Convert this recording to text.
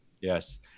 Yes